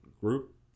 group